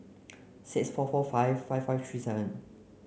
six four four five five five three seven